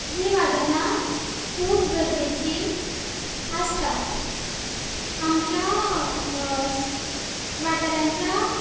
हीं वादनां खूब गरजेचीं आसता आमच्या वाठारांच्या